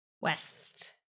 West